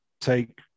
take